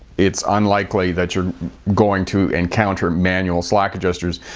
it's unlikely that you're going to encounter manual slack adjusters,